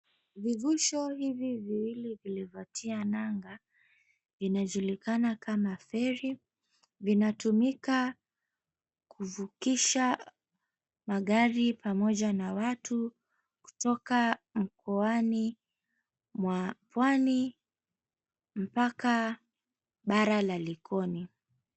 Vivusho hivi viwili vilivyotia nanga vinajulikana kama feri, vinatumika kuvukisha magari pamoja na watu kutoka mkoani wa pwani mpaka bara la Likoni.